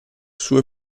sue